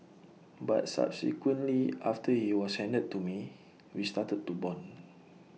but subsequently after he was handed to me we started to Bond